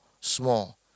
small